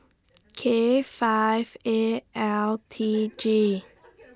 K five eight L T G